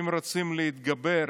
אם רוצים להתגבר,